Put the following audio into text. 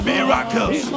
Miracles